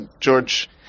George